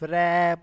rap